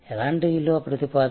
ఎలాంటి విలువ ప్రతిపాదన